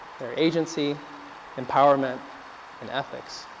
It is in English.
the agency empowerment and ethics